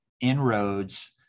inroads